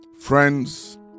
friends